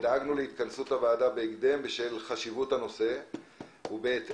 דאגנו להתכנסות הוועדה בהקדם בשל חשיבות הנושא ובהתאם